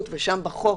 זה מה שהם אומרים.